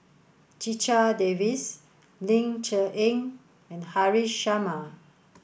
Checha Davies Ling Cher Eng and Haresh Sharma